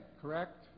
correct